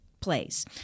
plays